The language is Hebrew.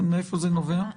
מאיפה זה נובע?